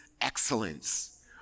excellence